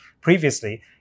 previously